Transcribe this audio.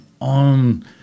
on